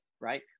right